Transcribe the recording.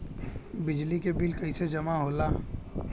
बिजली के बिल कैसे जमा होला?